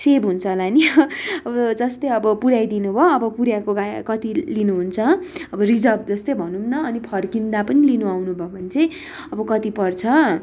save हुन्छ होला नि अब जस्तै अब पुऱ्याइदिनु भयो अब पुऱ्याएको कति लिनुहुन्छ अब रिजर्भ जस्तै भनौँ न अनि फर्किँदा पनि लिनु आउनुभयो भने चाहिँ अब कति पर्छ